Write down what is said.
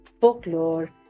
folklore